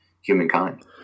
humankind